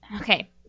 okay